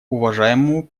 уважаемому